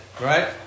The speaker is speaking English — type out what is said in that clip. right